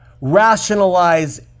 rationalize